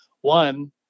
one